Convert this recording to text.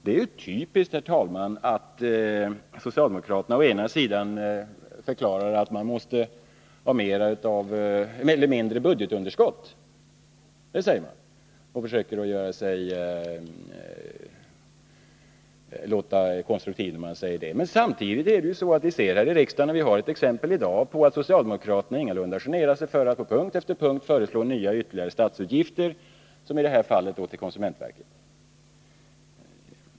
Det är typiskt, herr talman, att socialdemokraterna förklarar att vi måste ha ett budgetunderskott som är mindre — och försöker låta konstruktiva när de säger det — men att vi samtidigt här i riksdagen ser exempel på att socialdemokraterna ingalunda generar sig för att på punkt efter punkt föreslå ytterligare statsutgifter, som i dag när det gäller konsumentverket.